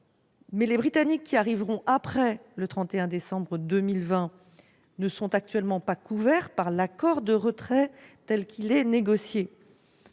». Les Britanniques qui arriveront après le 31 décembre 2020 ne sont actuellement pas couverts par l'accord de retrait tel qu'il est négocié.